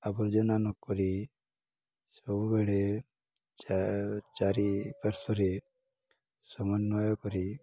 ଆବର୍ଜନା ନକରି ସବୁବେଳେ ଚାରି ପାର୍ଶ୍ୱରେ ସମନ୍ଵୟ କରି